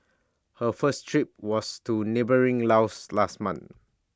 her first trip was to neighbouring Laos last month